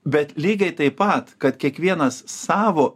bet lygiai taip pat kad kiekvienas savo